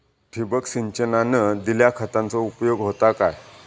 ठिबक सिंचनान दिल्या खतांचो उपयोग होता काय?